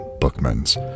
Bookman's